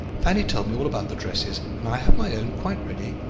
fanny told me all about the dresses, and i have my own quite ready.